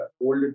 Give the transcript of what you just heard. old